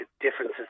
differences